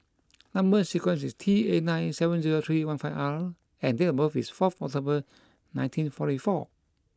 number sequence is T eight nine seven zero three one five R and date of birth is fourth October nineteen forty four